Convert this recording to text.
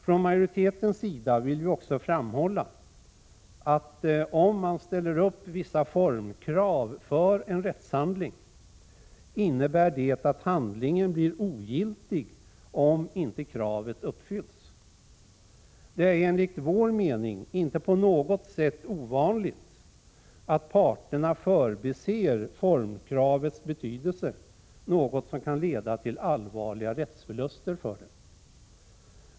Från majoritetens sida vill vi också framhålla att om man ställer upp vissa formkrav för en rättshandling innebär det att handlingen blir ogiltig, om inte kraven uppfylls. Det är enligt vår mening inte på något sätt ovanligt att parterna förbiser formkravets betydelse, något som kan leda till allvarliga rättsförluster för dem.